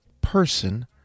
person